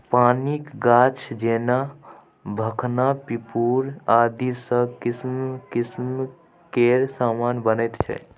पानिक गाछ जेना भखना पिपुर आदिसँ किसिम किसिम केर समान बनैत छै